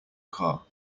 car